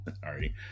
Sorry